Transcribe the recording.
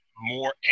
more